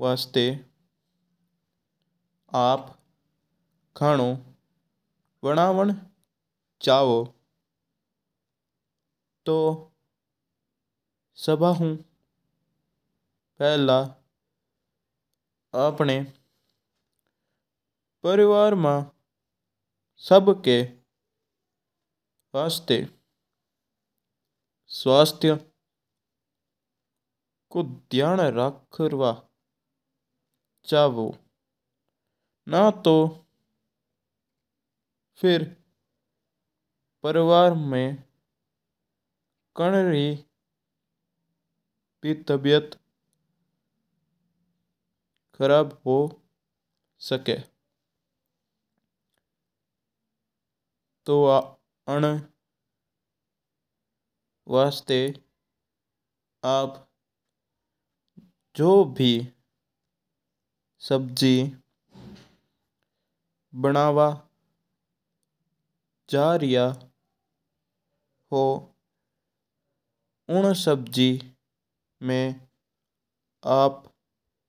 वास्ता आप खाणो वणावण चू तूं सब्बा हू पहले आपणा परिवार में सबका वास्ता स्वास्थ्य रू ध्यान रखणो चवू। ना तूं फिर परिवार में कन तोभी तबियत खराब हो सका। तूं अण वास्ता आप जू भी सब्जी बनवां जा रिया हो उन सब्जी ना आप देखो।